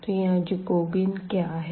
तो यहाँ जैकोबियन क्या है